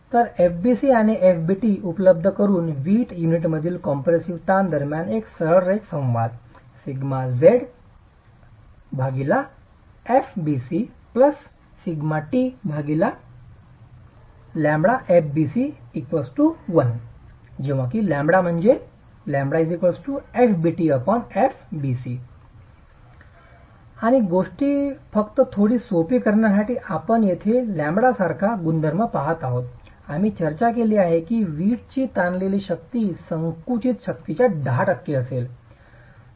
तर fbc आणि fbt उपलब्ध करून वीट युनिटमधील कॉम्प्रेसिव्ह ताण दरम्यान एक सरळ रेषा संवाद zfbctfbc1 λfbtfbc आणि गोष्टी फक्त थोडी सोपी करण्यासाठी आपण येथे लॅम्बडासारख्या गुणधर्मांकडे पहात आहोत आम्ही चर्चा केली आहे की वीटची ताणलेली शक्ती संकुचित शक्तीच्या दहा टक्के असेल